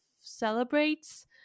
celebrates